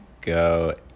go